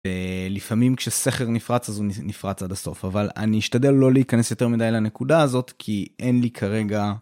לפעמים כשסכר נפרץ אז הוא נפרץ עד הסוף אבל אני אשתדל לא להיכנס יותר מדי לנקודה הזאת כי אין לי כרגע.